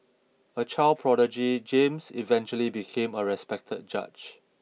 a child prodigy James eventually became a respected judge